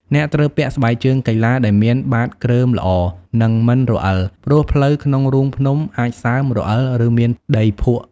អ្នកត្រូវពាក់ស្បែកជើងកីឡា ដែលមានបាតគ្រើមល្អនិងមិនរអិល ព្រោះផ្លូវក្នុងរូងភ្នំអាចសើម រអិល ឬមានដីភក់។